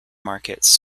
markets